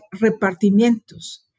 repartimientos